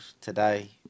today